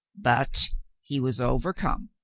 but he was overcome,